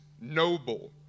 noble